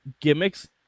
gimmicks